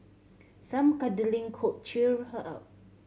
some cuddling could cheer her up